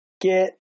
Get